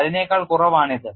അതിനെക്കാൾ കുറവാണ് ഇത്